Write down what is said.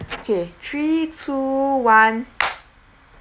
okay three two one